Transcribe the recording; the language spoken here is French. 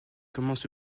commence